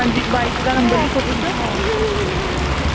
उंदी बाईक दा नंबर लिखो तुस